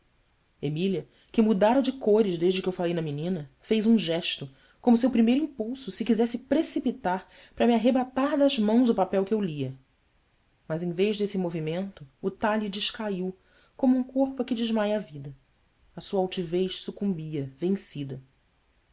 emília que mudara de cores desde que eu falei na menina fez um gesto como se ao primeiro impulso se quisesse precipitar para me arrebatar das mãos o papel que eu lia mas em vez desse movimento o talhe descaiu como um corpo a que desmaia a vida a sua altivez sucumbia vencida